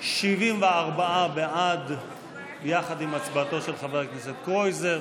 74 בעד, יחד עם הצבעתו של חבר הכנסת קרויזר,